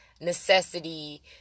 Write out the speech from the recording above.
necessity